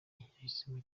yahisemo